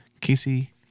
casey